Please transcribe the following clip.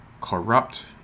corrupt